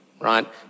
right